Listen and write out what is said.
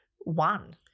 one